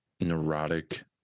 neurotic